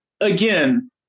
again